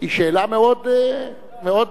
שאלה מאוד חשובה.